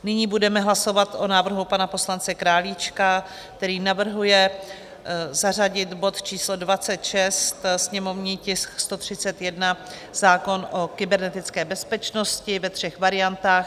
Nyní budeme hlasovat o návrhu pana poslance Králíčka, který navrhuje zařadit bod číslo 26, sněmovní tisk 131, zákon o kybernetické bezpečnosti, ve třech variantách.